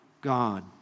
God